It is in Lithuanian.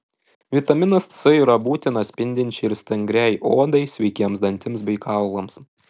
vitaminas c yra būtinas spindinčiai ir stangriai odai sveikiems dantims bei kaulams